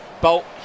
Bolt